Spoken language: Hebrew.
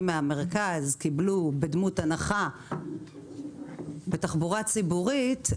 מהמרכז קיבלו בדמות הנחה בתחבורה ציבורית,